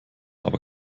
aber